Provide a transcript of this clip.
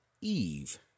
Eve